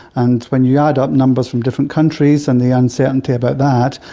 and when you add up numbers from different countries and the uncertainty about that,